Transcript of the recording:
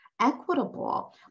equitable